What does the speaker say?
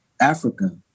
Africa